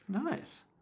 nice